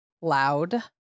loud